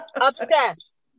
Obsessed